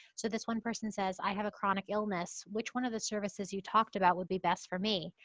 so this one person says, i have a chronic illness, which one of the services you talked about would be best for me?